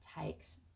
takes